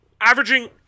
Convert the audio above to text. averaging